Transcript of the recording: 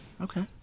Okay